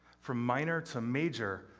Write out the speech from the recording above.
from minor to major,